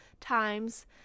times